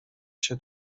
się